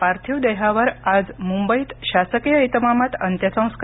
पार्थिव देहावर आज मुंबईत शासकीय इतमामात अंत्यसंस्कार